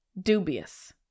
Dubious